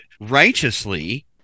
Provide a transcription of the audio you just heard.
righteously